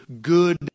good